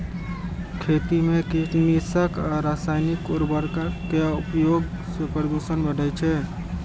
खेती मे कीटनाशक आ रासायनिक उर्वरक के उपयोग सं प्रदूषण बढ़ै छै